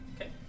Okay